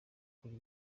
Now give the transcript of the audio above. kuri